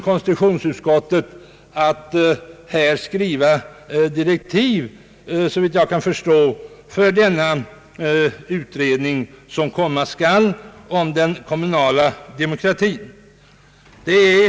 Konstitutionsutskottet försöker, såvitt jag kan förstå, skriva direktiv för den utredning om den kommunala demokratin som komma skall.